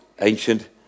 ancient